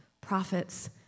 Prophets